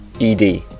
ed